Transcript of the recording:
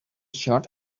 short